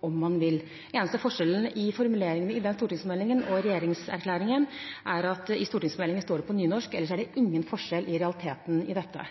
om man vil. Den eneste forskjellen på formuleringen i den stortingsmeldingen og i regjeringserklæringen er at det står på nynorsk i stortingsmeldingen. Ellers er det ingen forskjell i realiteten i dette.